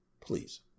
please